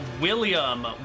William